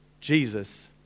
Jesus